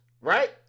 right